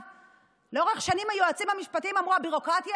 לאורך שנים היועצים המשפטיים אמרו: הביורוקרטיה